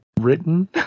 written